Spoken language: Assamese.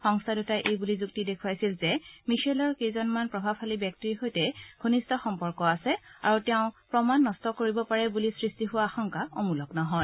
সংস্থা দুটাই এই বুলি যুক্তি দেখুৱাইছিল যে মিছেলৰ কেইজনমান প্ৰভাৱশালী ব্যক্তিৰ সৈতে ঘনিষ্ঠ সম্পৰ্ক আছে আৰু তেওঁ প্ৰমাণ নষ্ঠ কৰিব পাৰে বুলি সৃষ্টি হোৱা আশংকা অমূলক নহয়